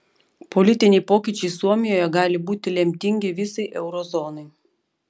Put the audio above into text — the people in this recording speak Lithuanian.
politiniai pokyčiai suomijoje gali būti lemtingi visai euro zonai